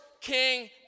king